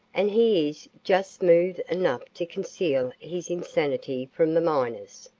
and he is just smooth enough to conceal his insanity from the miners.